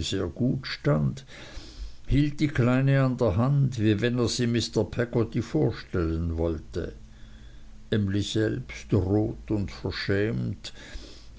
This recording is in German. sehr gut stand hielt die kleine an der hand wie wenn er sie mr peggotty vorstellen wollte emly selbst rot und verschämt